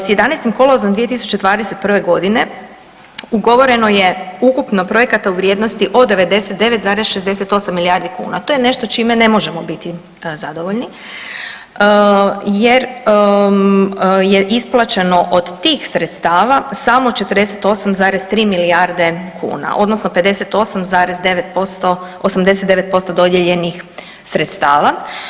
S 11. kolovoza 2021. g. ugovoreno je ukupno projekata u vrijednosti od 99,68 milijardi, to je nešto čime ne možemo biti zadovoljni jer je isplaćeno od tih sredstava samo 48,3 milijarde kuna, odnosno 58,89% dodijeljenih sredstava.